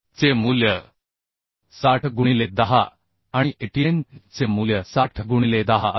चे मूल्य 60 गुणिले 10 आणि Atn चे मूल्य 60 गुणिले 10 असेल